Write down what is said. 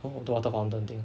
the water fountain thing